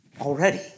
already